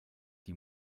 die